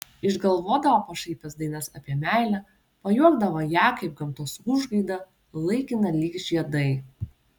išgalvodavo pašaipias dainas apie meilę pajuokdavo ją kaip gamtos užgaidą laikiną lyg žiedai